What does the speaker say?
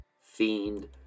fiend